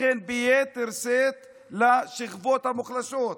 לכן, ביתר שאת לשכבות המוחלשות.